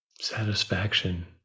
satisfaction